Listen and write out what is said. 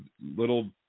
little